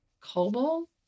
Cobalt